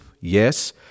Yes